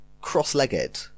cross-legged